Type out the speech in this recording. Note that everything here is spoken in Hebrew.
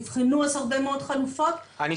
נבחנו אז הרבה מאוד חלופות --- אני